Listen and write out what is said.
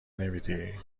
نمیدی